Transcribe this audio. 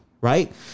Right